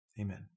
Amen